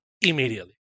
immediately